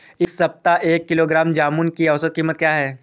इस सप्ताह एक किलोग्राम जामुन की औसत कीमत क्या है?